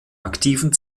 aktiven